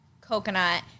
coconut